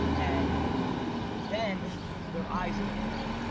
and then their eyes get big.